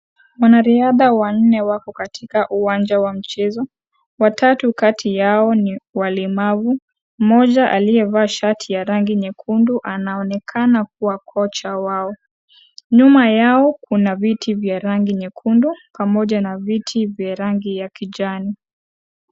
Wanariadha wanne wako katika uwanja wa mchezo. Watatu kati yao ni walemavu. Mmoja aliyevaa shati ya rangi nyekundu anaonekana kuwa kocha wao. Nyuma yao, kuna viti vya rangi nyekundu pamoja na viti vya rangi ya kijani.